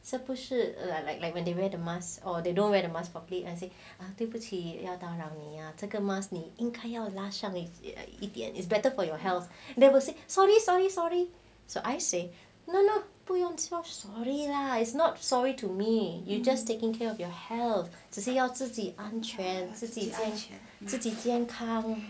是不是 lah like like when they wear the mask or they don't wear the mask properly I say 对不起要打扰你啊这个 mask 拉上你一点 it's better for your health never will say sorry sorry sorry so I say no no 不用说 sorry lah it's not sorry to me you just taking care of your health 只是要自己安全自己健康